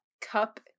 cup